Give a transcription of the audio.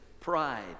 pride